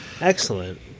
Excellent